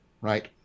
right